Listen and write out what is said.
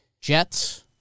Jets